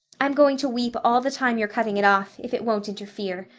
i'm going to weep all the time you're cutting it off, if it won't interfere.